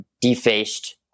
defaced